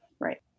Right